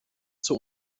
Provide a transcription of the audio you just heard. zur